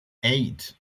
eight